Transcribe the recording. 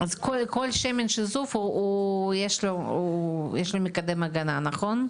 אז לכל שמן שיזוף יש מקדם הגנה נכון?